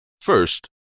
First